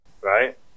right